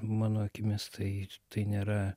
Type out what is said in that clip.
mano akimis tai tai nėra